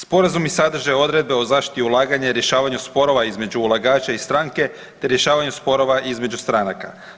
Sporazumi sadrže odredbe o zaštiti ulaganja i rješavanju sporova između ulagača i stranke, te rješavanju sporova između stranaka.